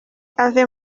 ave